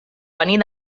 venir